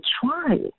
try